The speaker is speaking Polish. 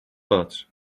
patrz